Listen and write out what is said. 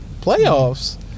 Playoffs